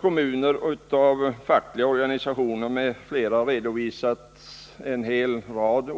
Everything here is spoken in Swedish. Kommuner, fackliga organisationer m.fl. har redovisat en hel rad